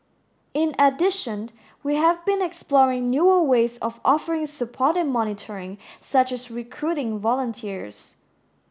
in addition we have been exploring newer ways of offering support and monitoring such as recruiting volunteers